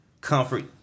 comfort